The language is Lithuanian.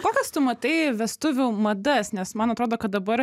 kokias tu matai vestuvių madas nes man atrodo kad dabar